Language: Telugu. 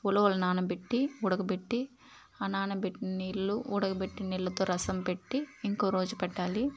ఉలవలు నానబెట్టి ఉడకబెట్టి ఆ నానా బెట్టిన నీళ్లు ఉడకబెట్టిన నీళ్లతో రసం పెట్టి ఇంకోరోజు పెట్టాలి